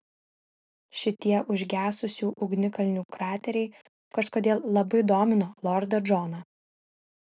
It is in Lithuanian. šitie užgesusių ugnikalnių krateriai kažkodėl labai domino lordą džoną